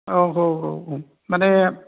औ औ औ माने